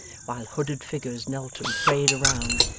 while hooded figures knelt and prayed around,